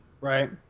Right